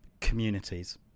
communities